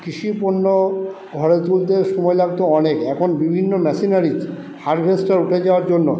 কৃষি পণ্য ঘরে তুলতে সময় লাগতো অনেক এখন বিভিন্ন মেশিনারির হার্ভেস্টার উঠে যাওয়ার জন্য